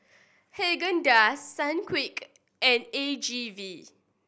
Haagen Dazs Sunquick and A G V